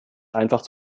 einfach